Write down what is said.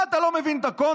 מה, אתה לא מבין את הקונטקסט?